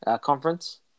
conference